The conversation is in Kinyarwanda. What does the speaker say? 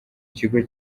kigo